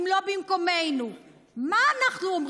מה קרה לך?